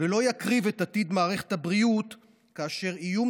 ולא יקריב את עתיד מערכת הבריאות כאשר איום